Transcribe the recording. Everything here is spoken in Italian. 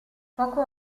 poco